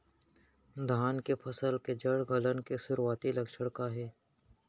धान के फसल के जड़ गलन के शुरुआती लक्षण का हे?